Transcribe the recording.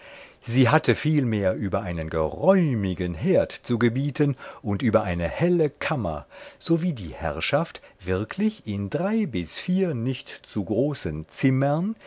sie hatte vielmehr über einen geräumigen herd zu gebieten und über eine helle kammer so wie die herrschaft wirklich in drei bis vier nicht zu großen zimmern